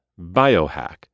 Biohack